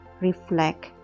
reflect